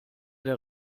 der